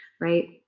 Right